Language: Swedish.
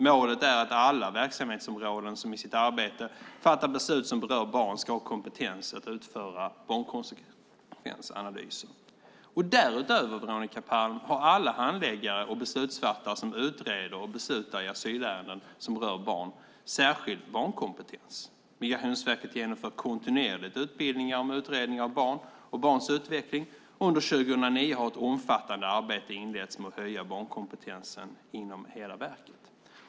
Målet är att alla som på sitt verksamhetsområde fattar beslut som rör barn ska ha kompetens att utföra barnkonsekvensanalyser. Därutöver, Veronica Palm, har alla handläggare och beslutsfattare som utreder och beslutar om frågor i asylärenden som rör barn särskild barnkompetens. Migrationsverket genomför kontinuerligt utbildningar om utredning av barn och barns utveckling. Under 2009 har ett omfattande arbete inletts med att höja barnkompetensen inom hela verket.